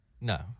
No